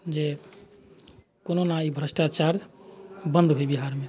जे कोनहुना ई भ्रष्टाचार बन्द होइ बिहारमे